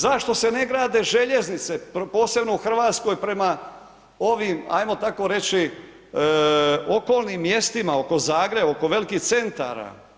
Zašto se ne grade željeznice posebno u Hrvatskoj prema ovim ajmo tako reći, okolnim mjestima oko Zagreba, oko velikih centara?